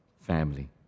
family